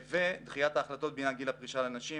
דחיית ההחלטות בעניין גיל הפרישה לנשים,